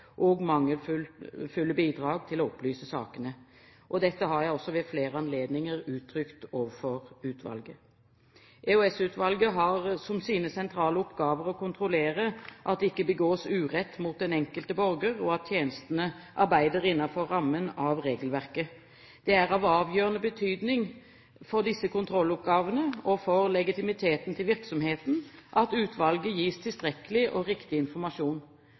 og mangelfulle bidrag til å opplyse sakene. Dette har jeg også ved flere anledninger uttrykt overfor utvalget. EOS-utvalget har som sine sentrale oppgaver å kontrollere at det ikke begås urett mot den enkelte borger, og at tjenestene arbeider innenfor rammen av regelverket. Det er av avgjørende betydning for disse kontrolloppgavene og for legitimiteten til virksomheten at utvalget gis tilstrekkelig og riktig informasjon.